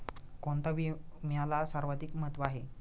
कोणता विम्याला सर्वाधिक महत्व आहे?